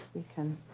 we can